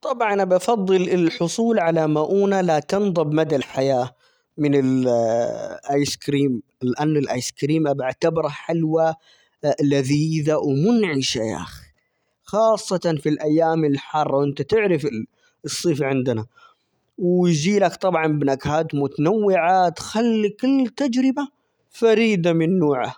طبعًا، أبَفَضِّل الحصول على مؤونة لا تنضب مدى الحياة من الآيس كريم؛ لأن الآيس كريم بأَعتَبِره حلوى لذيذة ومنعشة يا أخي، خاصةً في الأيام الحر، وأنت تعرف الصيف عندنا، ويجي لك طبعًا بنكهات متنوعة تخلي كل تجربة فريدة من نوعها.